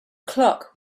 clock